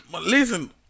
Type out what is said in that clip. listen